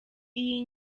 iyi